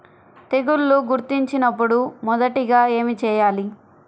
తెగుళ్లు గుర్తించినపుడు మొదటిగా ఏమి చేయాలి?